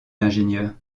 l’ingénieur